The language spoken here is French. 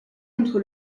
contre